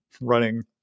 running